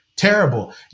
terrible